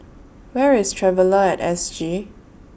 Where IS Traveller At S G